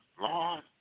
Lord